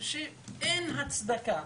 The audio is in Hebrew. אין הצדקה